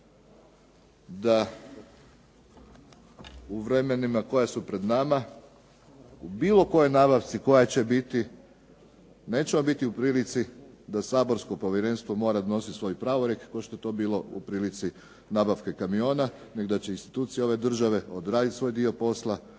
da u vremenima koja su pred nama, u bilo kojoj nabavci koja će biti, nećemo biti u prilici da saborsko povjerenstvo mora donositi svoj pravolijek kao što je to bilo u prilici nabavke kamiona nego da će institucija ove države odraditi svoj dio posla